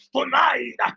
Tonight